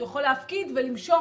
הוא יכול להפקיד ולמשוך